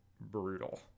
brutal